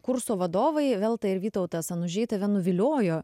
kurso vadovai velta ir vytautas anužiai tave nuviliojo